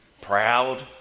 Proud